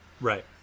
Right